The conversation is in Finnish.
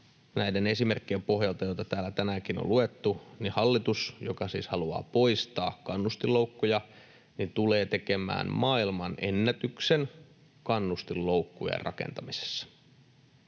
näiden esimerkkien pohjalta, joita täällä tänäänkin on luettu, hallitus, joka siis haluaa poistaa kannustinloukkuja, tulee tekemään maailmanennätyksen kannustinloukkujen rakentamisessa.